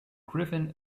griffin